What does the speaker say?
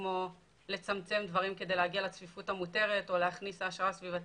כמו לצמצם דברים כדי להגיע לצפיפות המותרת או להכניס העשרה סביבתית,